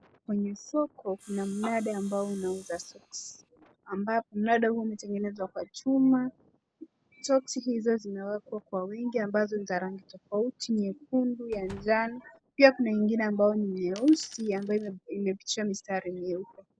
Kwenye soko kuna mnada ambao unauza soksi. Mnada huo umetengenzwa kwa chuma soksi hizo zinawekwa kwa wingi ambazo ni za rangi tofauti nyekundu ya njano pia ingine ambayo ni nyeusi ambayo imeficha mistari nyeupe.